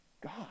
God